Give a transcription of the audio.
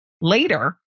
later